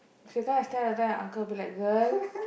she try to stare that time the uncle will be like girl